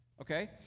okay